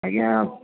ଆଜ୍ଞା